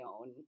own